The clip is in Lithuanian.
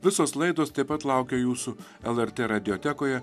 visos laidos taip pat laukia jūsų lrt radiotekoje